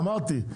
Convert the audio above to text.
אמרתי,